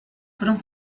fueron